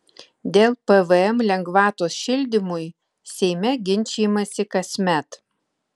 dėl pvm lengvatos šildymui seime ginčijamasi kasmet